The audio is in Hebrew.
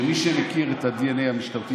שמי שמכיר את הדנ"א המשטרתי,